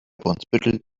brunsbüttel